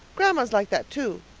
grandma's like that too.